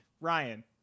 Ryan